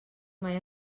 mai